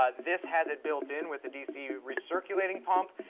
ah this has it built in with a dc recirculating pump,